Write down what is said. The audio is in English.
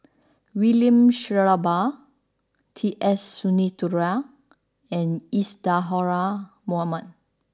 William Shellabear T S Sinnathuray and Isadhora Mohamed